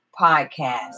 Podcast